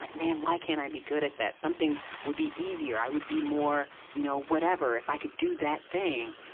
like man, why can't i be good at that? something would be easier. i would be more you know whatever, if i could do that thing.